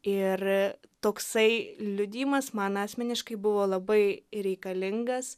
ir toksai liudijimas man asmeniškai buvo labai reikalingas